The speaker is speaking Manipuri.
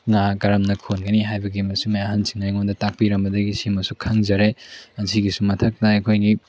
ꯉꯥ ꯀꯔꯝꯅꯝ ꯈꯣꯟꯒꯅꯤ ꯍꯥꯏꯕꯒꯤ ꯃꯁꯤ ꯃꯌꯥꯝꯁꯤꯡꯅ ꯑꯩꯉꯣꯟꯗ ꯇꯥꯛꯄꯤꯔꯝꯕꯗꯒꯤ ꯁꯤꯃꯁꯨ ꯈꯪꯖꯔꯦ ꯑꯁꯤꯒꯨꯁꯨ ꯃꯊꯛꯇ ꯑꯩꯈꯣꯏꯒꯤ